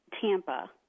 Tampa